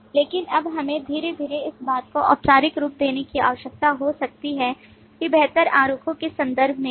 लेकिन अब हमें धीरे धीरे इस बात को औपचारिक रूप देने की आवश्यकता हो सकती है कि बेहतर आरेखों के संदर्भ में भी